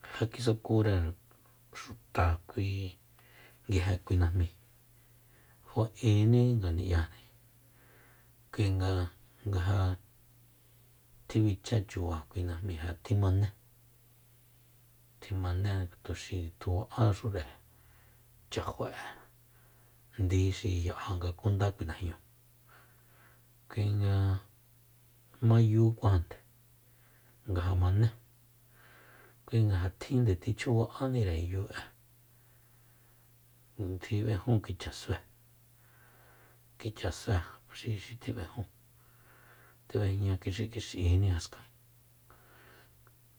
Ngaja kisakure xuta kui nguije kui najmíi fa'eni ngani'yajni kuinga nga ja tjibichachuba kui najmi tjimané tjimané tuxi tjuba'áxure chajo'e ndi xi ya'a nga kunda kui najñúu kui nga mayukuajande nga ja mané kui nga tjin ga nde chjuba'anire yu'e tjib'ejun kicha sue kicha sue xi tjib'ejun tjib'ejña kix'ikix'i jaskan